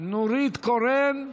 נורית קורן.